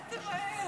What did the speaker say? דקה, אל תמהר.